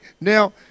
now